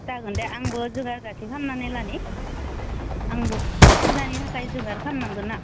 जागोन दे आंबो जुगारपाति खामनानै लानि आंबो फुजानि थाखाय जुगार खामनांगोन ना